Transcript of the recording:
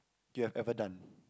you have ever done